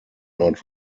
not